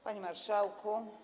Panie Marszałku!